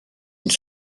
une